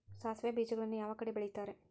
ಸಾಸಿವೆ ಬೇಜಗಳನ್ನ ಯಾವ ಕಡೆ ಬೆಳಿತಾರೆ?